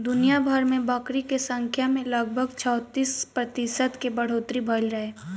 दुनियाभर में बकरी के संख्या में लगभग चौंतीस प्रतिशत के बढ़ोतरी भईल रहे